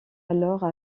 alors